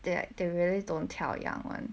they are they really don't tell young [one]